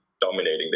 dominating